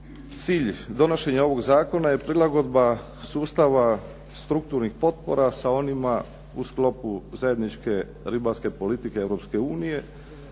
cilj donošenja ovog zakona je prilagodba sustava strukturnih potpora sa onima u sklopu zajedničke ribarske politike